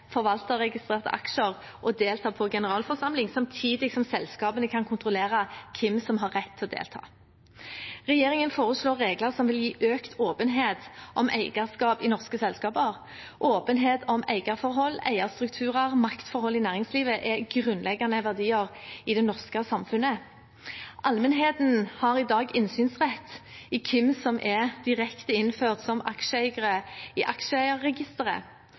delta på generalforsamling, samtidig som selskapene kan kontrollere hvem som har rett til å delta. Regjeringen foreslår regler som vil gi økt åpenhet om eierskap i norske selskaper. Åpenhet om eierforhold, eierstrukturer og maktforhold i næringslivet er grunnleggende verdier i det norske samfunnet. Allmennheten har i dag innsynrett i hvem som er direkte innført som aksjeeiere i aksjeeierregisteret.